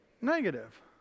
Negative